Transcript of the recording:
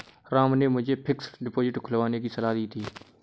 राम ने मुझे fixed deposit खुलवाने की सलाह दी थी